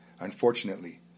unfortunately